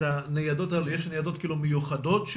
יש ניידות מיוחדות?